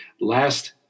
last